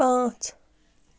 پانٛژ